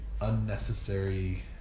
unnecessary